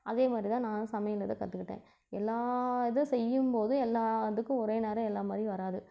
அதே மாதிரி தான் நான் சமையல் இதை கற்றுக்கிட்டேன் எல்லா இது செய்யும்போது எல்லாத்துக்கும் ஒரே நேரம் எல்லார் மாதிரியும் வராது